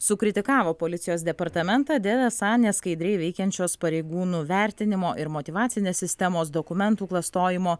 sukritikavo policijos departamentą dėl esą neskaidriai veikiančios pareigūnų vertinimo ir motyvacinės sistemos dokumentų klastojimo